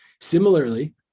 Similarly